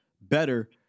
better